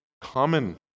common